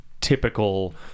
typical